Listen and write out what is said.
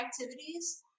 activities